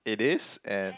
it is and